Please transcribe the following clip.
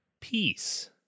Peace